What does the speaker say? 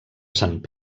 sant